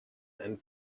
and